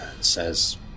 says